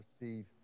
receive